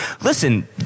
Listen